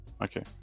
okay